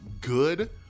good